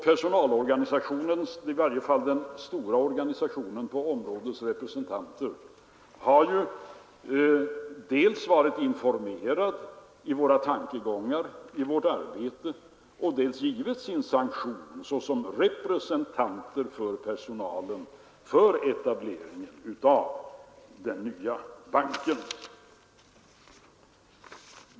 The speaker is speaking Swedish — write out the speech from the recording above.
Personalorganisationens — i varje fall den stora organisationens på området — representanter har dels varit informerade om våra tankegångar och vårt arbete, dels givit sin sanktion såsom personalrepresentanter för etableringen av den nya banken.